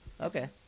Okay